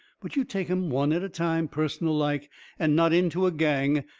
but, you take em one at a time, personal-like, and not into a gang,